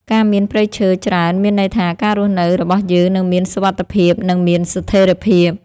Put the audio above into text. ការមានព្រៃឈើច្រើនមានន័យថាការរស់នៅរបស់យើងនឹងមានសុវត្ថិភាពនិងមានស្ថិរភាព។ការមានព្រៃឈើច្រើនមានន័យថាការរស់នៅរបស់យើងនឹងមានសុវត្ថិភាពនិងមានស្ថិរភាព។